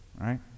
right